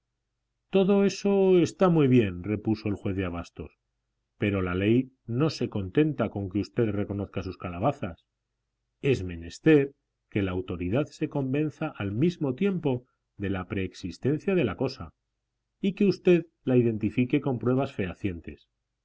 todo eso está muy bien repuso el juez de abastos pero la ley no se contenta con que usted reconozca sus calabazas es menester que la autoridad se convenza al mismo tiempo de la preexistencia de la cosa y que usted la identifique con pruebas fehacientes